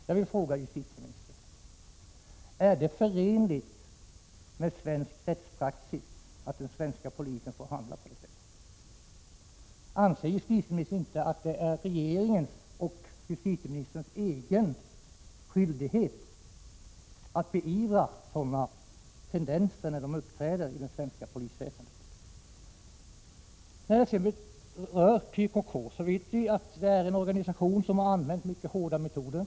Jag vill fråga justitieministern: Är det förenligt med svensk rättspraxis att den svenska polisen handlar på det sättet? Anser inte justitieministern att det är regeringens och justitieministerns skyldighet att beivra sådana tendenser när de uppträder i det svenska polisväsendet? PKK är, det vet vi, en organisation som har använt mycket hårda metoder.